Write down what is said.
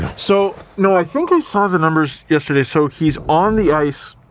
so no, i think i saw the numbers yesterday, so he's on the ice.